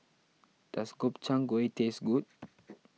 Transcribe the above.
does Gobchang Gui taste good